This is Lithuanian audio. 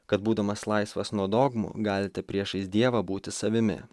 kad būdamas laisvas nuo dogmų galite priešais dievą būti savimi